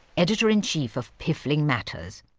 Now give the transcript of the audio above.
editor-in-chief of piffling matters.